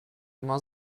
immer